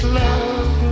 love